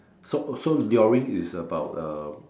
so so luring is about uh